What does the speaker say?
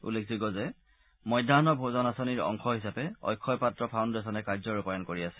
উল্লেখযোগ্য যে মধ্যাহ্য ভোজন আঁচনিৰ অংশ হিচাপে অক্ষয় পাত্ৰ ফাউণ্ডেচনে কাৰ্য ৰূপায়ণ কৰি আছে